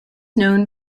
known